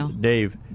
Dave